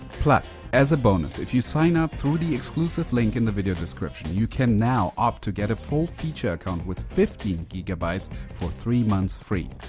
plus, as a bonus, if you sign up through the exclusive link in the video description, you can now opt to get a full feature account with fifty gigabytes for three months free.